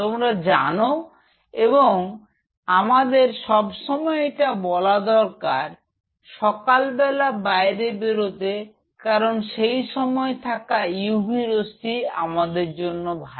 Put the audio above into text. তোমরা জানো এবং আমাদের সবসময় এটা বলা হয় সকাল বেলা বাইরে বেরোতে কারণ সেই সময় থাকা ইউভি রশ্মি আমাদের জন্য ভাল